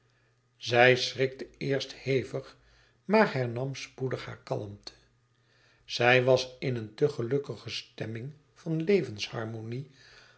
zij schrikte eerst hevig maar hernam spoedig hare kalmte zij was in een te gelukkige stemming van